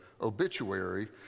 obituary